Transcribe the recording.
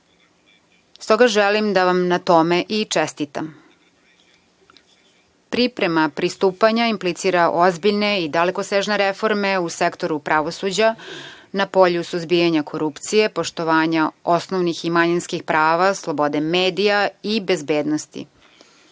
želim da vam na tome i čestitam. Priprema pristupanja implicira ozbiljne i dalekosežne reforme u sektoru pravosuđa, na polju suzbijanja korupcije, poštovanja osnovnih i manjinskih prava, slobode medija i bezbednosti.U